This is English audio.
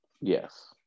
yes